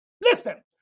Listen